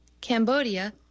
Cambodia